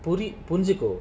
put it புரிஞ்சிக்கோ:purinjiko